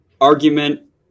argument